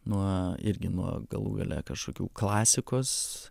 nuo irgi nuo galų gale kažkokių klasikos